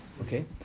okay